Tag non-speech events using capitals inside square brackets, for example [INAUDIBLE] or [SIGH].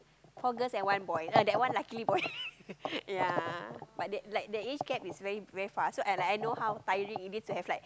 four girls and one boy uh that one luckily boy [LAUGHS] ya but they like there is cat is very very fast so I like I know how tiring it is to have like